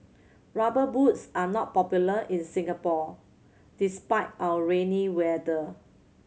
Rubber Boots are not popular in Singapore despite our rainy weather